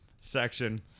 section